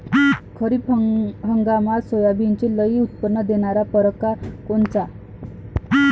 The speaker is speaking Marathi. खरीप हंगामात सोयाबीनचे लई उत्पन्न देणारा परकार कोनचा?